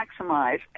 maximize